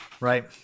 Right